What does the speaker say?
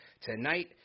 tonight